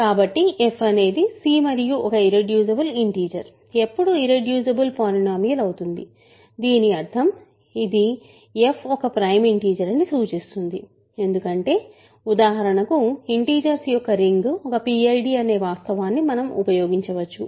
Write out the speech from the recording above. కాబట్టి f అనేది c మరియు ఒక ఇర్రెడ్యూసిబుల్ ఇంటిజర్ ఎప్పుడు ఇర్రెడ్యూసిబుల్ పాలినోమియల్ అవుతుంది దీని అర్థం ఇది f ఒక ప్రైమ్ ఇంటిజర్ అని సూచిస్తుంది ఎందుకంటే ఉదాహరణకు ఇంటిజర్స్ యొక్క రింగ్ ఒక PID అనే వాస్తవాన్ని మనం ఉపయోగించవచ్చు